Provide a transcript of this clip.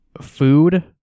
food